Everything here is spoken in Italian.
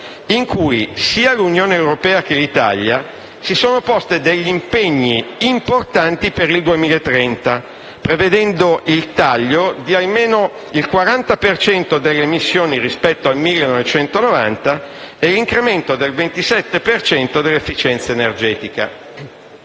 in cui sia l'Unione europea che l'Italia si sono poste degli impegni importanti per il 2030, prevedendo il taglio di almeno il 40 per cento delle emissioni rispetto al 1990 e l'incremento dei 27 per cento dell'efficienza energetica.